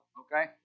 okay